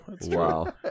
Wow